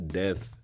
death